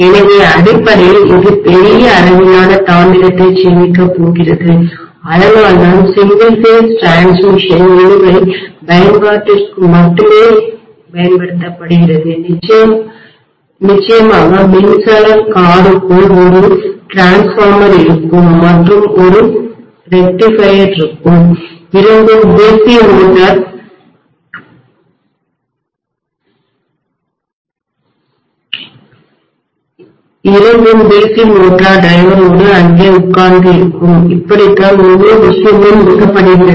எனவே அடிப்படையில் இது பெரிய அளவிலான தாமிரத்தை சேமிக்கப் போகிறது அதனால்தான் சிங்கிள் பேஸ் டிரான்ஸ்மிஷன் இழுவை பயன்பாட்டிற்கு மட்டுமே பயன்படுத்தப்படுகிறது நிச்சயமாக மின்சார காருக்குள் ஒரு மின்மாற்றிடிரான்ஸ்ஃபார்மர் இருக்கும் மற்றும் ஒரு திருத்திரெக்டிஃபயர் இருக்கும் இரண்டும் DC மோட்டார் டிரைவோடு அங்கே உட்கார்ந்து இருக்கும் இப்படிதான் முழு விஷயமும் இயக்கப்படுகிறது